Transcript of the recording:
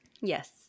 Yes